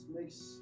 makes